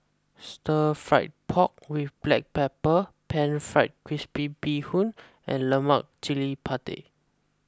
Stir Fried Pork with Black Pepper Pan Fried Crispy Bee Hoon and Lemak Cili Padi